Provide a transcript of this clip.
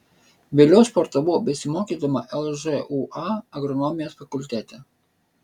vėliau sportavau besimokydama lžūa agronomijos fakultete